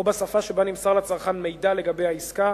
בשפה שבה נמסר לצרכן מידע לגבי העסקה,